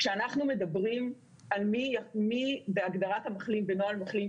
כשאנחנו מדברים על מי בהגדרת המחלים בנוהל מחלים,